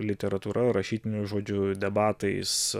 literatūra rašytiniu žodžiu debatais